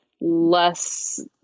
less